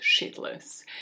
shitless